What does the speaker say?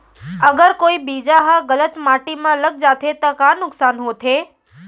अगर कोई बीज ह गलत माटी म लग जाथे त का नुकसान होथे?